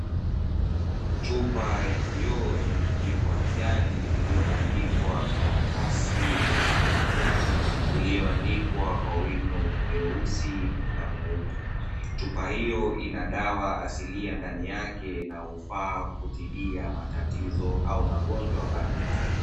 Chupa ya kioo yenye mfuniko wa kijani, iliyobandikwa karatasi yenye rangi ya kijani, iliyoandikwa kwa wino mweusi na mweupe, chupa hiyo ina dawa asilia ndani yake inayofaa kutibia matatizo au magonjwa mbalimbali.